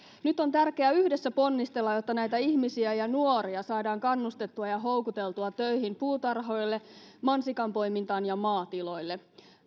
nyt on tärkeää yhdessä ponnistella jotta näitä ihmisiä ja nuoria saadaan kannustettua ja houkuteltua töihin puutarhoille mansikanpoimintaan ja maatiloille